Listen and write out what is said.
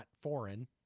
foreign